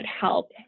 help